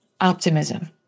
optimism